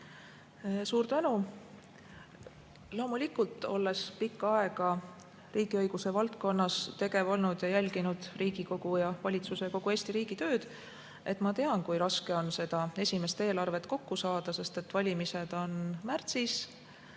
Suur tänu! Loomulikult, olles pikka aega riigiõigusega tegelenud ja jälginud Riigikogu, valitsuse ja kogu Eesti riigi tööd, siis tean, kui raske on seda esimest eelarvet kokku saada. Valimised on märtsis,